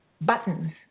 buttons